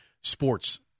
sports